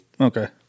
Okay